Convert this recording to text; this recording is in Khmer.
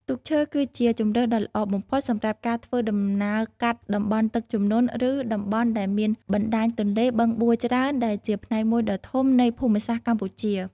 ទូកឈើគឺជាជម្រើសដ៏ល្អបំផុតសម្រាប់ការធ្វើដំណើរកាត់ តំបន់ទឹកជំនន់ ឬតំបន់ដែលមាន បណ្ដាញទន្លេ បឹងបួ ច្រើន ដែលជាផ្នែកមួយដ៏ធំនៃភូមិសាស្ត្រកម្ពុជា ។